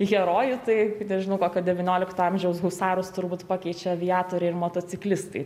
herojų tai nežinau kokio devyniolikto amžiaus husarus turbūt pakeičia aviatoriai ir motociklistai